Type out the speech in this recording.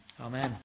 Amen